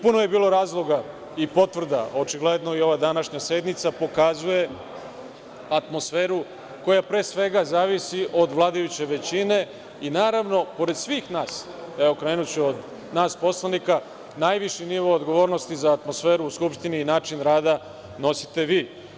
Puno je bilo razloga i potvrda, očigledno i ova današnja sednica pokazuje atmosferu koja pre svega zavisi od vladajuće većine i, naravno, pored svih nas, evo krenuću od nas poslanika, najviši nivo odgovornosti za atmosferu u Skupštini i način rada nosite vi.